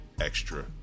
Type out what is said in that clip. extra